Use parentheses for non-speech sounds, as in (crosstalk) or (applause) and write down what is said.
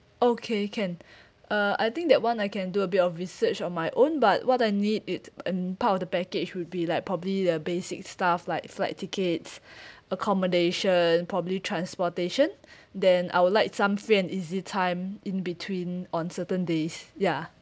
okay can (breath) uh I think that [one] I can do a bit of research on my own but what I need it in part of the package would be like probably the basic stuff like flight tickets (breath) accommodation probably transportation (breath) then I would like some free and easy time in between on certain days ya